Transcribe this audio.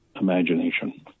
imagination